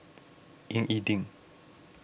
Ying E Ding